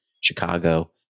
Chicago